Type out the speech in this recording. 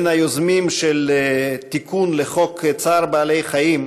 בין היוזמים של תיקון חוק צער בעלי-חיים